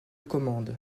commande